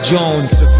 Jones